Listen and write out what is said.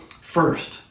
First